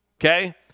okay